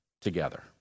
together